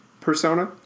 persona